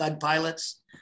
Pilots